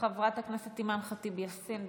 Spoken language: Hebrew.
חברת הכנסת אימאן ח'טיב יאסין,